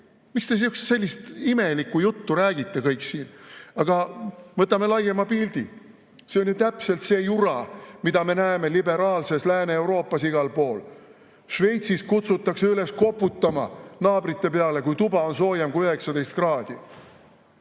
Miks te sellist imelikku juttu räägite kõik siin? Aga võtame laiema pildi. See on ju täpselt see jura, mida me näeme liberaalses Lääne-Euroopas igal pool. Šveitsis kutsutakse üles koputama naabrite peale, kui tuba on soojem kui 19 kraadi.